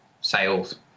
sales